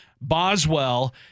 Boswell